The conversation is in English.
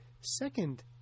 second